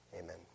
Amen